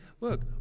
look